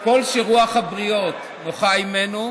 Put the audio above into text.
"כל שרוח הבריות נוחה הימנו,